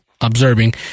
observing